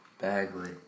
Bagley